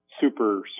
super